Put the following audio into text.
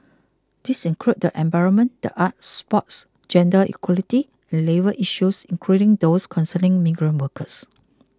these include the environment the arts sports gender equality and labour issues including those concerning migrant workers